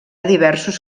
diversos